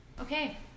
Okay